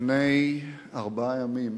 לפני ארבעה ימים